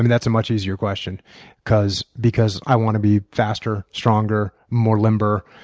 and that's a much easier question because because i want to be faster, stronger, more limber,